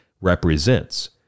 represents